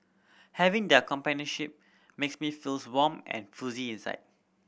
having their companionship makes me feels warm and fuzzy inside